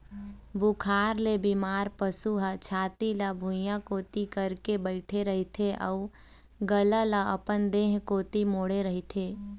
बुखार ले बेमार पशु ह छाती ल भुइंया कोती करके बइठे रहिथे अउ गला ल अपन देह कोती मोड़े रहिथे